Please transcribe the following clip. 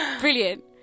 Brilliant